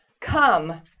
come